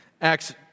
Acts